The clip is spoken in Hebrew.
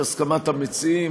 את הסכמת המציעים,